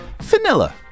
Vanilla